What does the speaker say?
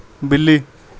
ਬਿੱਲੀ